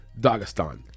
Dagestan